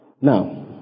Now